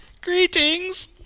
Greetings